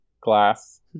Glass